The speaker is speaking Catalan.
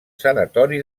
sanatori